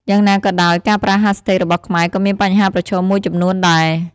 យ៉ាងណាក៏ដោយ ការប្រើ hashtags របស់ខ្មែរក៏មានបញ្ហាប្រឈមមួយចំនួនដែរ។